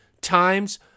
times